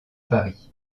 paris